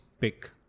pick